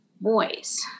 boys